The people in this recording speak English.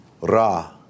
Ra